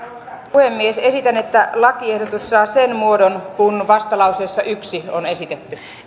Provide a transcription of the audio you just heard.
puhemies esitän että sadasseitsemäskymmenesensimmäinen pykälä saa sen muodon kuin vastalauseessa yksi on esitetty